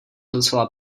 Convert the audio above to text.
docela